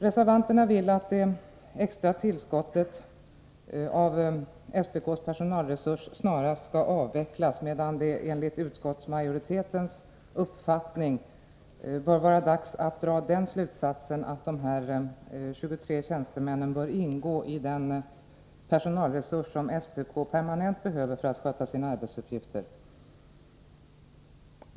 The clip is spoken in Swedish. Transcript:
Reservanterna vill att detta extra tillskott av SPK:s personalresurs snarast skall avvecklas, medan det enligt utskottsmajoritetens uppfattning bör vara dags att dra den slutsatsen att dessa 23 tjänstemän bör ingå i den personalresurs som SPK permanent behöver för att sköta sina arbetsuppgifter.